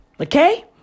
okay